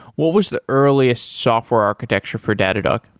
what was the earliest software architecture for datadog?